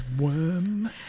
worm